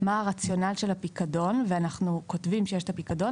מה הרציונל של הפיקדון ואנחנו כותבים שיש את הפיקדון.